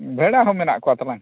ᱵᱷᱮᱲᱟ ᱦᱚᱸ ᱢᱮᱱᱟᱜ ᱠᱚ ᱛᱟᱞᱟᱝ